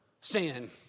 Sin